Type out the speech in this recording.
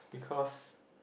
because